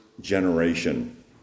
generation